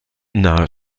nahe